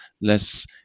less